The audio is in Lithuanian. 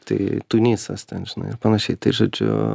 tai tunisas ten žinai ir panašiai tai žodžiu